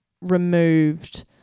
removed